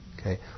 Okay